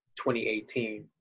2018